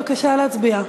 בבקשה להצביע.